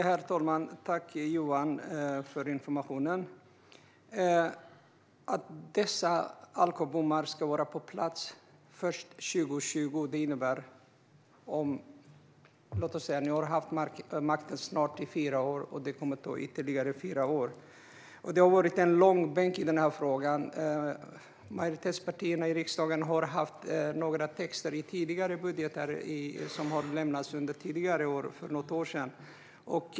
Herr talman! Tack, Johan, för informationen! Att dessa alkobommar ska vara på plats först 2020 innebär att ni har haft makten i snart fyra år och det kommer att ta ytterligare två år. Den här frågan har dragits i långbänk. Majoritetspartierna i riksdagen har haft några texter i tidigare budgetar som har lämnats för några år sedan.